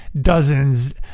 dozens